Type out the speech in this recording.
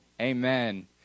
Amen